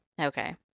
Okay